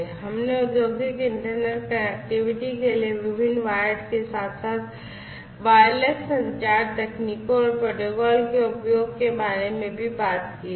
हमने औद्योगिक internet connectivity के लिए विभिन्न वायर्ड के साथ साथ वायरलेस संचार तकनीकों और प्रोटोकॉल के उपयोग के बारे में भी बात की है